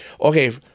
okay